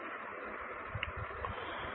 सही है एक तो H और OH शुगर और बेस